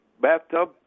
bathtub